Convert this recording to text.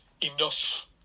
enough